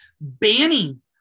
banning